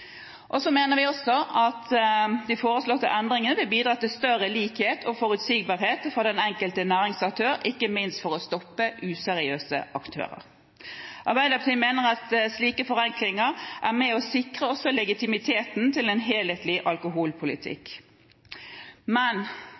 større likhet og forutsigbarhet for den enkelte næringsaktør, ikke minst for å stoppe useriøse aktører. Arbeiderpartiet mener at slike forenklinger er med på å sikre også legitimiteten til en helhetlig alkoholpolitikk. Men